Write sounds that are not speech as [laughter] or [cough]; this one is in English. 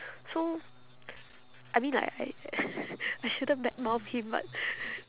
so I mean like I [noise] I shouldn't badmouth him but